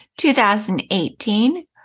2018